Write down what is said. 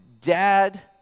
dad